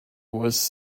was